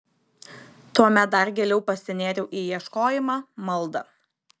tuomet dar giliau pasinėriau į ieškojimą maldą